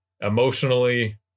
emotionally